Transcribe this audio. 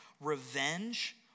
revenge